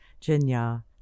Jinya